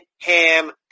ham